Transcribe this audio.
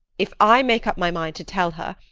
if i make up my mind to tell her,